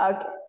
Okay